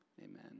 Amen